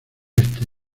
éste